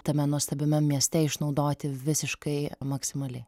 tame nuostabiame mieste išnaudoti visiškai maksimaliai